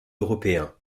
européen